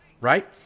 Right